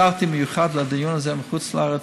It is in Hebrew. חזרתי במיוחד לדיון הזה מחוץ-לארץ,